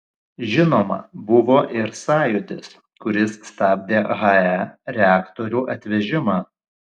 žinoma buvo ir sąjūdis kuris stabdė hae reaktorių atvežimą